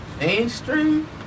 Mainstream